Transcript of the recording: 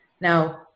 Now